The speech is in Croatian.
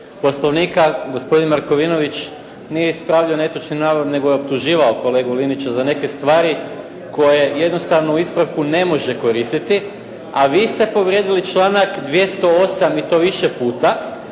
Poslovnika, gospodin Markovinović nije ispravljao netočan navod, nego je optuživao kolegu Linića za neke stvari, koje jednostavno u ispravku ne može koristiti. A vi ste povrijedili članak 208. i to više puta,